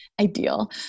ideal